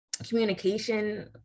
communication